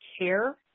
care